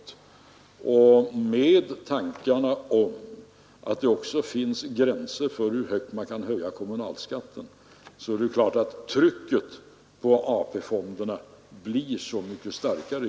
De tankar som framförs om att det också finns gränser för hur mycket man kan höja kommunalskatten leder självfallet också till att trycket från kommunerna på AP-fonderna blir så mycket starkare.